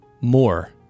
more